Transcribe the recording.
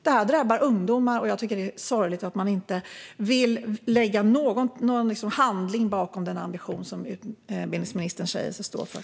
Detta drabbar ungdomar, och jag tycker att det är sorgligt att regeringen inte vill lägga någon handling bakom den ambition som utbildningsministern säger sig ha.